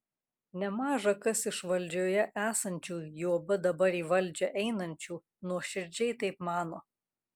nemaža kas iš valdžioje esančių juoba dabar į valdžią einančių nuoširdžiai taip mano